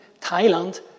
Thailand